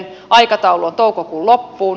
aikataulu on toukokuun loppuun